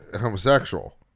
homosexual